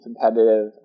competitive